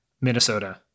Minnesota